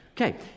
Okay